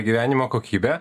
gyvenimo kokybę